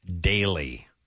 daily